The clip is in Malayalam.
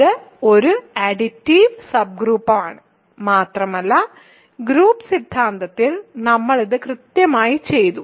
ഇത് ഒരു അഡിറ്റീവ് സബ്ഗ്രൂപ്പാണ് മാത്രമല്ല ഗ്രൂപ്പ് സിദ്ധാന്തത്തിൽ നമ്മൾ ഇത് കൃത്യമായി ചെയ്തു